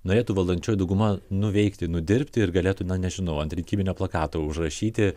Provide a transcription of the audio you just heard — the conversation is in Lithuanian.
norėtų valdančioji dauguma nuveikti nudirbti ir galėtų na nežinau ant rinkiminio plakato užrašyti